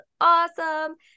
awesome